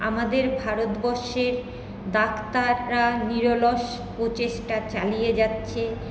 আমাদের ভারতবর্ষের ডাক্তাররা নিরলস প্রচেষ্টা চালিয়ে যাচ্ছে